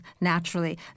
naturally